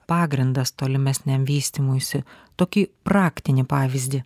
pagrindas tolimesniam vystymuisi tokį praktinį pavyzdį